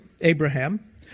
Abraham